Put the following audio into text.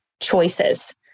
choices